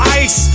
ice